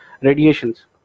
radiations